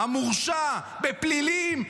המורשע בפלילים,